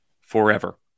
forever